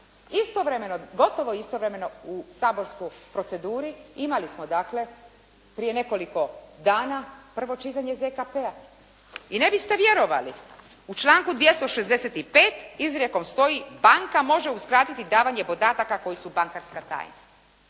Istovremeno, gotovo istovremeno u saborskoj proceduri imali smo dakle prije nekoliko dana prvo čitanje ZKP-a i ne biste vjerovali, u članku 265. izrijekom stoji: "Banka može uskratiti davanje podataka koji su bankarska tajna."